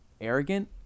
arrogant